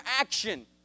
action